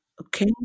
Okay